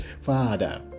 Father